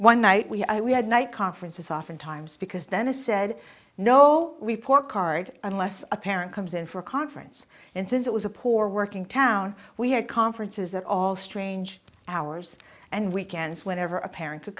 one night we we had night conferences oftentimes because then i said no report card unless a parent comes in for a conference and since it was a poor working town we had conferences at all strange hours and weekends whenever a parent would